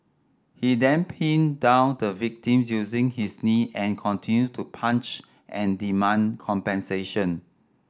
he then pinned down the victim using his knee and continued to punch and demand compensation